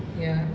ya